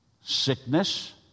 Sickness